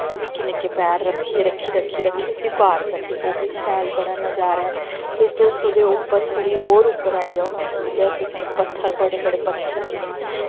निक्के निक्के पैर रक्खी रक्खी रक्खी रक्खी उसी पार करदे ओह् बी शैल बड़ा नज़ारा ऐ फिर तुस ओह्दे उप्पर थोह्ड़ी होर उप्पर आई जाओ ते उद्धर इक पत्थर तुसें बड़े बड़े पत्थर मिलदे न